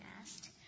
asked